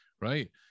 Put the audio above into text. Right